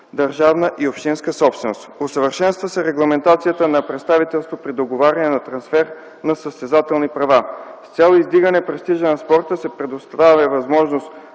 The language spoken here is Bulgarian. държавна и общинска собственост. Усъвършенства се регламентацията на представителството при договаряне на трансфер на състезателни права. С цел издигане престижа на спорта се предоставя възможност